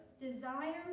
desires